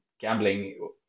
gambling